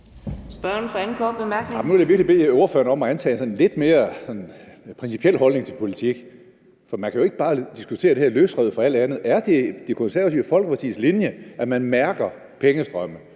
Nu vil jeg virkelig bede ordføreren om at indtage en sådan lidt mere principiel holdning til politik. For man kan jo ikke bare diskutere det her løsrevet fra alt andet. Er det Det Konservative Folkepartis linje, at skal mærke pengestrømme,